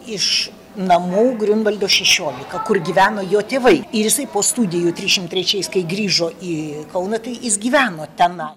iš namų griunvaldo šešiolika kur gyveno jo tėvai ir jisai po studijų trisdešimt trečiais kai grįžo į kauną tai jis gyveno tenai